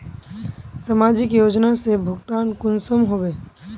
समाजिक योजना से भुगतान कुंसम होबे?